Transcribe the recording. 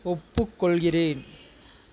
ஒப்புக்கொள்கிறேன்